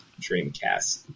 Dreamcast